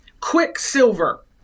quicksilver